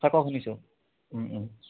থাকক শুনিছোঁ